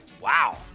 Wow